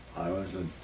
i wasn't